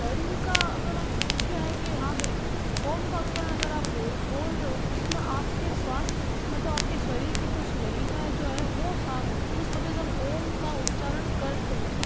धर्म का अगर हम उसमें हैं कि हाँ भाई ओम का उच्चारण अगर आप बोल बोल रहे हो तो उसमें आपके स्वास्थ मतलब आपके शरीर की कुछ नलिकाएँ है जो है वो साफ होती है उस वजह से हम ओम का उच्चारण करते हैं